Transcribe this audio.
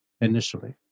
initially